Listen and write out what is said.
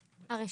הרשימה?